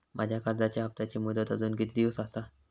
माझ्या कर्जाचा हप्ताची मुदत अजून किती दिवस असा?